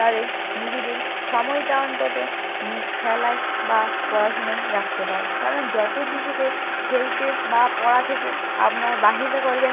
তাদের নিজেদের সময়টা অন্তত খেলায় বা পড়াশোনায় রাখতে পারে কারণ যতো শিশুকে খেলতে বা পড়া থেকে আপনার বাহিরে করবেন